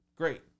great